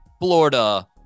florida